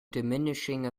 diminishing